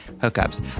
hookups